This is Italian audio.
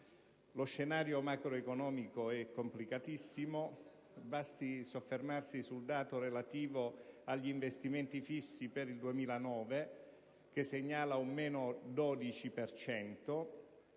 Lo scenario macroeconomico è complicatissimo; basta soffermarsi sul dato relativo agli investimenti fissi per il 2009, che segnala un meno 12